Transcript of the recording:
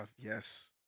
Yes